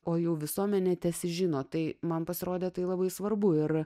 o jau visuomenė tesižino tai man pasirodė tai labai svarbu ir